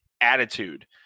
attitude